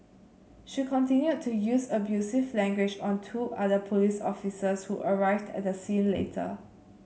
she continued to use abusive language on two other police officers who arrived at the scene later